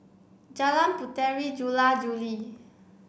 Jalan Puteri Jula Juli